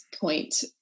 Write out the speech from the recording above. point